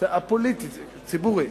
נושא א-פוליטי, ציבורי.